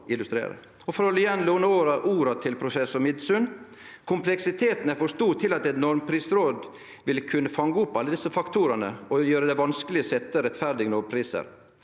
for igjen å låne orda til professor Misund: «Kompleksiteten er for stor til at et normprisråd ville kunne fange opp alle disse faktorene, og gjør det vanskelig å sette rettferdige normpriser.»